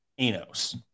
Enos